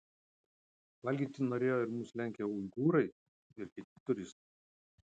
valgyti norėjo ir mus lenkę uigūrai ir kiti turistai